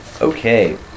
Okay